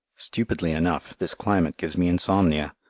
stupidly enough, this climate gives me insomnia.